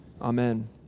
Amen